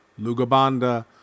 Lugabanda